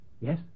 Yes